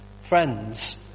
Friends